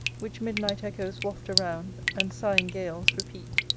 which midnight echoes waft around, and sighing gales repeat.